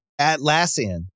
Atlassian